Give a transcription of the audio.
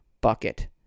bucket